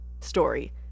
story